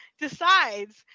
decides